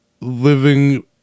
living